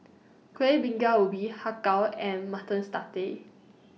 Kuih Bingka Ubi Har Kow and Mutton